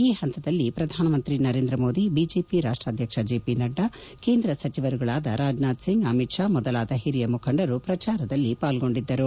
ಈ ಹಂತದಲ್ಲಿ ಪ್ರಧಾನಮಂತ್ರಿ ನರೇಂದ್ರ ಮೋದಿ ಬಿಜೆಪಿ ರಾಷ್ವಾಧ್ಯಕ್ಷ ಜೆ ಪಿ ನಡ್ಡಾ ಕೇಂದ್ರ ಸಚಿವರುಗಳಾದ ರಾಜ್ನಾಥ್ ಸಿಂಗ್ ಅಮಿತ್ ಶಾ ಮೊದಲಾದ ಹಿರಿಯ ಮುಖಂಡರು ಪ್ರಚಾರದಲ್ಲಿ ಪಾಲ್ಗೊಂಡಿದ್ದರು